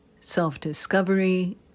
self-discovery